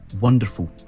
wonderful